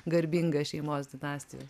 garbingą šeimos dinastijos